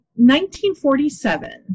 1947